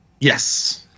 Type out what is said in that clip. Yes